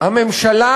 שהממשלה